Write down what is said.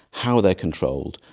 how are they controlled,